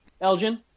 Elgin